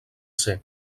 ser